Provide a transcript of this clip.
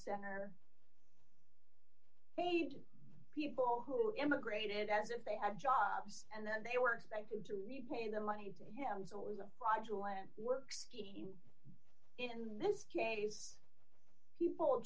center paid people who immigrated as if they had jobs and then they were expected to repay the money to him so it was a fraudulent work in this case people